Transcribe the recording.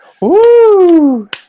Woo